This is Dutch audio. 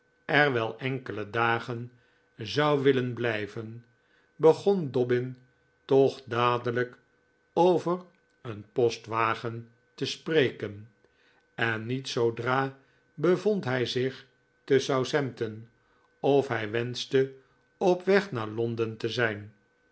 er wel enkele dagen zou willen blijven begon dobbin toch dadelijk over een postwagen te spreken en niet zoodra bevond hij zich te southampton of hij wenschte op weg naar londen te zijn